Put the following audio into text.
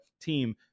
team